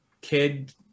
kid